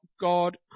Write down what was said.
God